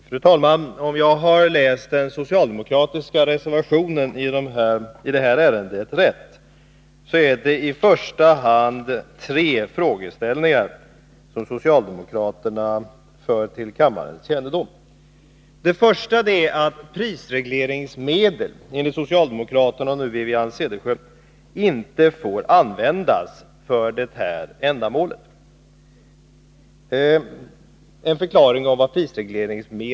Fru talman! Om jag har läst den socialdemokratiska reservationen i det här ärendet rätt, är det i första hand tre frågeställningar som man för till kammarens kännedom. Den första är att prisregleringsmedel enligt socialdemokraterna och nu Wivi-Anne Cederqvist inte får användas för det ändamål Bastionen är ett exempel på.